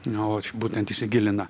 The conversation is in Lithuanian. na o būtent įsigilina